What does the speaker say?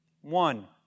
One